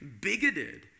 bigoted